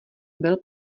byl